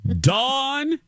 Dawn